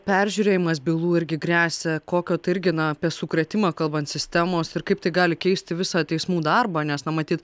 peržiūrėjimas bylų irgi gresia kokio tai irgi na apie sukrėtimą kalbant sistemos ir kaip tai gali keisti visą teismų darbą nes na matyt